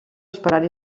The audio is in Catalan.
esperant